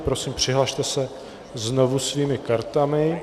Prosím, přihlaste se znovu svými kartami.